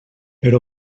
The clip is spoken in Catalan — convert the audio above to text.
per